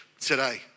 today